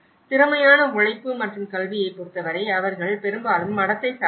திறமையான உழைப்பு மற்றும் கல்வியைப் பொறுத்தவரை அவர்கள் பெரும்பாலும் மடத்தை சார்ந்தும்